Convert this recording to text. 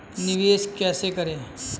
निवेश कैसे करें?